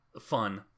fun